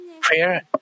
prayer